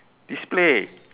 display